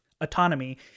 autonomy